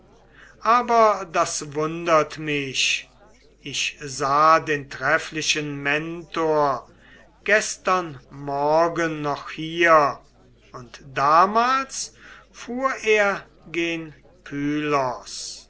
aber das wundert mich ich sah den trefflichen mentor gestern morgen noch hier und damals fuhr er gen